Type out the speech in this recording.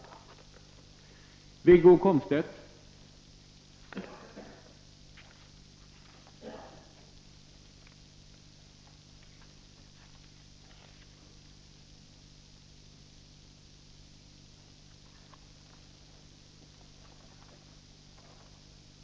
åkeriföretaget Sve